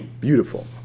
Beautiful